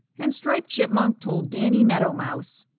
and striped chipmunk told danny meadow mouse.